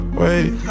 wait